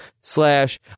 slash